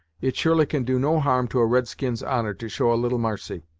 it surely can do no harm to a red-skin's honour to show a little marcy.